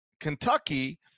Kentucky